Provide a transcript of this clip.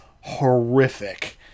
Horrific